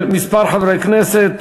מס' 283,